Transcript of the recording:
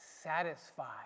satisfied